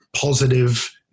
positive